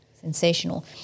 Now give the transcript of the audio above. sensational